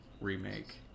remake